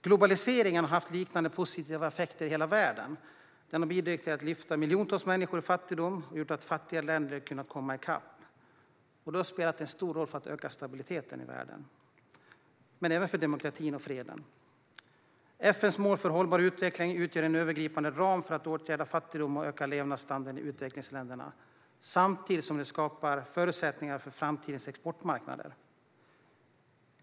Globaliseringen har haft liknande positiva effekter i hela världen. Den har bidragit till att lyfta miljontals människor ur fattigdom och gjort att fattiga länder kunnat komma i kapp. Den har spelat en roll för att öka stabiliteten i världen men även för demokratin och freden. FN:s mål för hållbar utveckling utgör en övergripande ram för att åtgärda fattigdomen och öka levnadsstandarden i utvecklingsländerna, samtidigt som de skapar förutsättningar för framtidens exportmarknader.